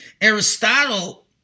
Aristotle